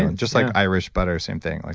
and just like irish butter, same thing. like